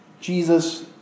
Jesus